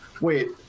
Wait